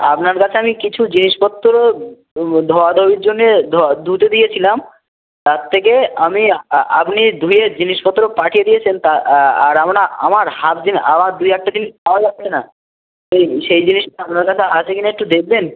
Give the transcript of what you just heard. আপনার কাছে আমি কিছু জিনিসপত্র ধোয়া ধোয়ির জন্যে ধোয়া ধুতে দিয়েছিলাম তার থেকে আমি আ আপনি ধুয়ে জিনিসপত্র পাঠিয়ে দিয়েছেন তা আর আমরা আমার আবার দুই একটা জিনিস পাওয়া যাচ্ছে না সেই সেই জিনিসটা আপনার কাছে আছে কি না একটু দেখবেন